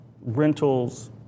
rentals